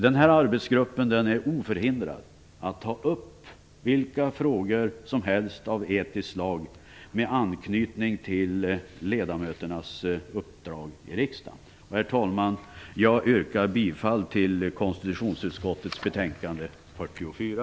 Den här arbetsgruppen är oförhindrad att ta upp vilka frågor som helst av etiskt slag med anknytning till ledamöternas uppdrag i riksdagen. Herr talman! Jag yrkar bifall till utskottets hemställan i konstitutionsutskottets betänkande 44.